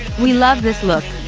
we love this look.